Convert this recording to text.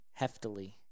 heftily